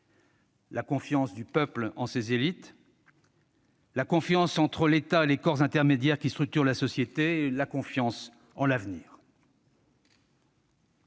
la confiance du peuple en ses élites, la confiance entre l'État et les corps intermédiaires qui structurent la société, la confiance en l'avenir.